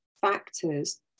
factors